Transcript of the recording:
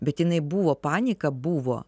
bet jinai buvo panika buvo